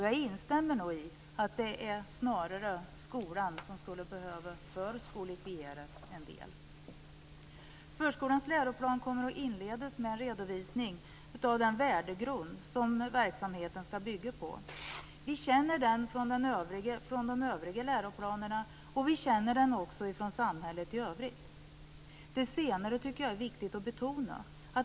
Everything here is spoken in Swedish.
Jag instämmer i att det snarare är skolan som skulle behövas "förskolefieras" en del. Förskolans läroplan kommer att inledas med en redovisning av den värdegrund som verksamheten skall bygga på. Vi känner den från de övriga läroplanerna, och vi känner den också från samhället i övrigt. Det senare tycker jag är viktigt att betona.